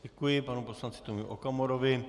Děkuji panu poslanci Tomio Okamurovi.